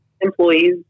employees